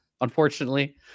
unfortunately